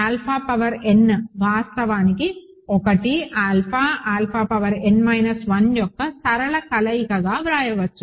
alpha power n వాస్తవానికి 1 alpha alpha power n minus 1 యొక్క సరళ కలయికగా వ్రాయవచ్చు